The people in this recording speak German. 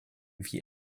wie